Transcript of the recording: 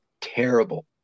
terrible